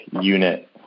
unit